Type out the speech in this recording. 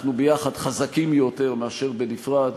אנחנו ביחד חזקים יותר מאשר בנפרד.